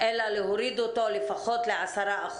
אלא להוריד אותו לפחות ל-10%,